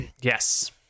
Yes